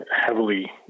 heavily